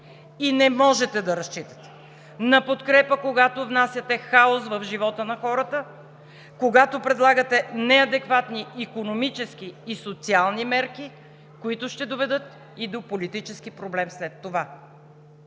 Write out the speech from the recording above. И не можете да разчитате на подкрепа, когато внасяте хаос в живота на хората, когато предлагате неадекватни икономически и социални мерки, които ще доведат и до политически проблем след това.